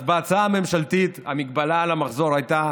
אז בהצעה הממשלתית ההגבלה על המחזור הייתה